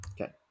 Okay